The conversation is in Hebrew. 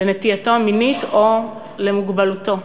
לנטייתו המינית או למוגבלותו.